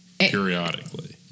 Periodically